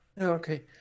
Okay